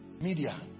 media